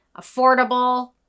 affordable